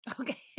okay